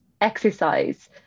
exercise